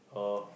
oh